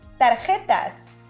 tarjetas